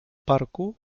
parku